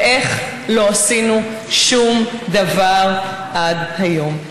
ואיך לא עשינו שום דבר עד היום?